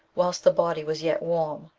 whilst the body was yet warm.